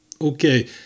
okay